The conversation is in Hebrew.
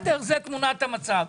זה תמונת המצב.